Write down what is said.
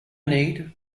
need